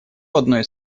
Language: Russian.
одной